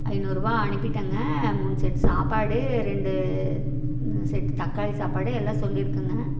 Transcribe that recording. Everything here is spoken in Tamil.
ஐநூறு ரூபா அனுப்பிட்டங்க மூணு செட்டு சாப்பாடு ரெண்டு செட்டு தக்காளி சாப்பாடு எல்லாம் சொல்லிஇருக்கங்க